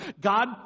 God